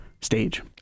stage